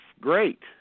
great